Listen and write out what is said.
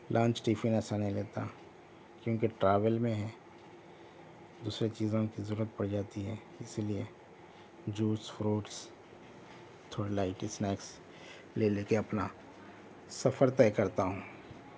lunch tiffin ایسا نہیں لیتا کیونکہ ٹراویل میں ہے دوسرے چیزوں کی ضرورت پڑ جاتی ہے اسی لئے جوس فروٹس تھوڑا لائٹ اسنیکس لے لے کے اپنا سفر طے کرتا ہوں